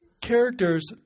characters